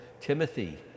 timothy